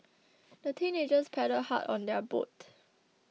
the teenagers paddled hard on their boat